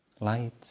Light